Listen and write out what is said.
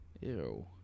Ew